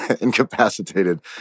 incapacitated